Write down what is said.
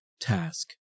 Task